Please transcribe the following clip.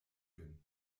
küken